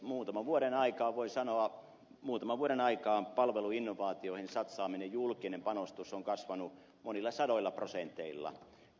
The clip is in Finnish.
muutaman vuoden aikaan voin sanoa palveluinnovaatioihin satsaaminen julkinen panostus on kasvanut monilla sadoilla prosenteilla